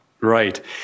Right